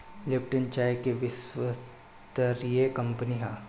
Lipton चाय के विश्वस्तरीय कंपनी हअ